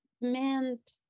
meant